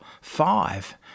five